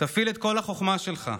תפעיל את כל החוכמה שלך,